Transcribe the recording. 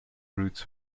routes